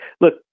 look